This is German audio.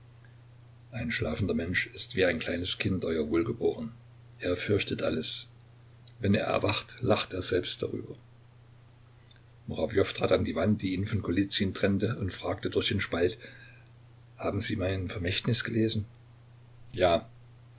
ein schlafender mensch ist wie ein kleines kind euer wohlgeboren er fürchtet alles wenn er erwacht lacht er selbst darüber murawjow trat an die wand die ihn von golizyn trennte und fragte durch den spalt haben sie mein vermächtnis gelesen ja